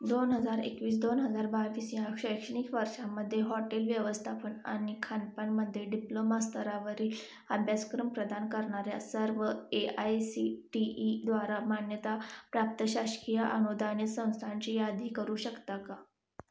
दोन हजार एकवीस दोन हजार बावीस या शैक्षणिक वर्षामध्ये हॉटेल व्यवस्थापन आणि खानपनामध्ये डिप्लोमा स्तरावरील अभ्यासक्रम प्रदान करणाऱ्या सर्व ए आय सी टी ईद्वारा मान्यताप्राप्त शासकीय अनुदाने संस्थांची यादी करू शकता का